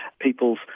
people's